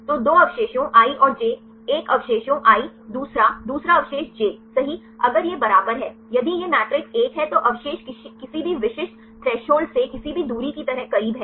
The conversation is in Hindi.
तो 2 अवशेषों i और j एक अवशेषों i दूसरा दूसरा अवशेष j सही अगर यह बराबर है यदि यह मैट्रिक्स एक है तो अवशेष किसी भी विशिष्ट थ्रेशोल्ड से किसी भी दूरी की तरह करीब हैं